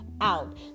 out